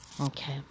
Okay